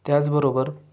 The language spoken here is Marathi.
त्याचबरोबर